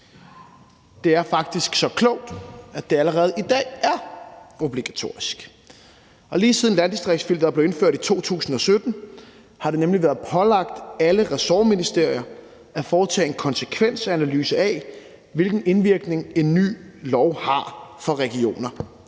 Det er faktisk så klogt, at det allerede i dag er obligatorisk. Lige siden landdistriktsfilteret blev indført i 2017, har det nemlig været pålagt alle ressortministerier at foretage en konsekvensanalyse af, hvilken indvirkning en ny lov har på regioner